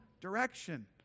direction